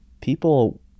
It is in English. people